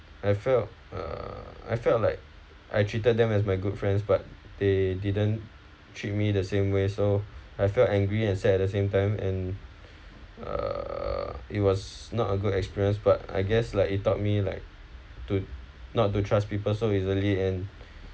I felt uh I felt like I treated them as my good friends but they didn't treat me the same way so I felt angry and sad at the same time and uh it was not a good experience but I guess like it taught me like to not to trust people so easily and